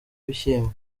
ibishyimbo